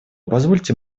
позвольте